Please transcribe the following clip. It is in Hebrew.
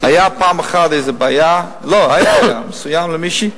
היתה פעם אחת איזו בעיה מסוימת למישהי.